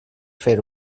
fer